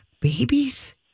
babies